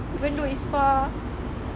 even though it's far